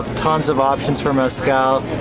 tons of options for mezcal,